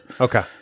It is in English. Okay